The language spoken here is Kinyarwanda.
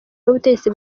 y’ubutegetsi